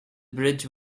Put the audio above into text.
bridge